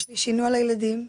יש לי שינוע לילדים.